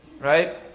right